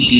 T